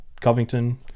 Covington